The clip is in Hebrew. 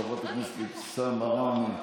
חברת הכנסת אבתיסאם מראענה,